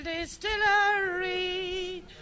distillery